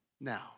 Now